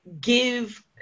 give